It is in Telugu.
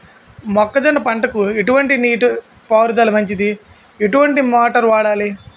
మొక్కజొన్న పంటకు ఎటువంటి నీటి పారుదల మంచిది? ఎటువంటి మోటార్ వాడాలి?